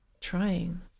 trying